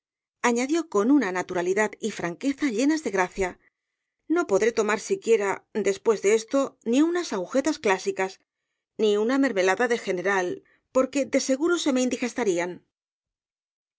asíañadió con una naturalidad y franqueza llenas de graciano podré tomar siquiera después de esto ni unas agujetas clásicas ni una mermelada de general porque de seguro se me